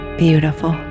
beautiful